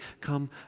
come